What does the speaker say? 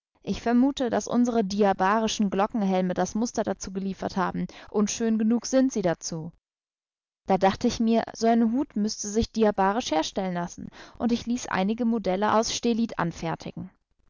ich vermute daß unsre diabarischen glockenhelme das muster dazu geliefert haben unschön genug sind sie dazu da dachte ich mir so ein hut müßte sich diabarisch herstellen lassen und ich ließ einige modelle aus stellit anfertigen